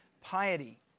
piety